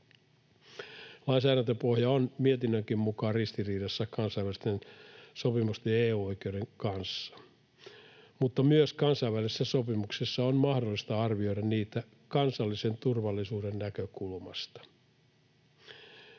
Lainsäädäntöpohja on mietinnönkin mukaan ristiriidassa kansainvälisten sopimusten ja EU-oikeuden kanssa, mutta myös kansainvälisiä sopimuksia on mahdollista arvioida kansallisen turvallisuuden näkökulmasta.